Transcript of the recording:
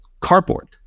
cardboard